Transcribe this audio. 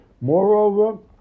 Moreover